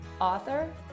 author